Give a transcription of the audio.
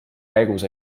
käigus